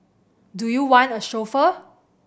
do you want a chauffeur